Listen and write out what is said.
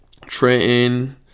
Trenton